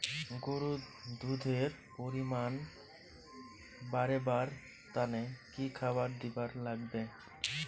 গরুর দুধ এর পরিমাণ বারেবার তানে কি খাবার দিবার লাগবে?